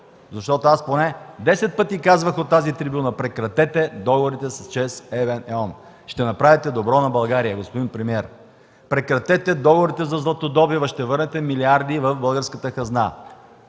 нищо. Аз поне десет пъти казвах от тази трибуна: „Прекратете договорите с ЧЕЗ, ЕVN, Е.ON! Ще направите добро на България, господин премиер! Прекратете договорите за златодобива, ще върнете милиарди в българската хазна!”